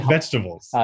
Vegetables